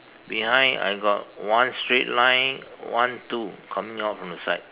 behind I got one straight line one two coming out from the side